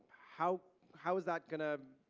how how is that gonna